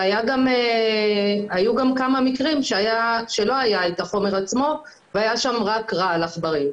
והיו גם כמה מקרים שבהם לא היה את החומר עצמו והיה שם רק רעל עכברים.